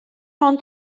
ond